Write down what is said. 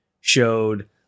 showed